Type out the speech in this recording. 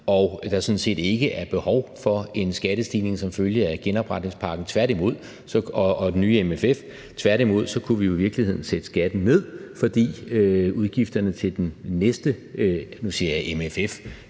og der sådan set ikke er behov for en skattestigning som følge af genopretningspakken og det nye MFF. Tværtimod kunne vi jo i virkeligheden sætte skatten ned, fordi udgifterne til det næste,